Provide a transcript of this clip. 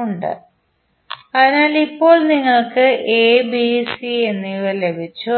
ഉണ്ട് അതിനാൽ ഇപ്പോൾ നിങ്ങൾക്ക് എ ബി സി എന്നിവ ലഭിച്ചു